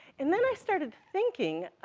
and then i started thinking,